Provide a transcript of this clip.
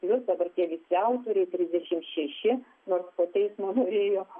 jūs dabar tie visi autoriai trisdešimt šeši nors po teismo norėjo